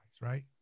right